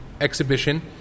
exhibition